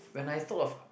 when I thought of